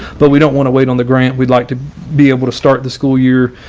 but we don't want to wait on the grant. we'd like to be able to start the school year,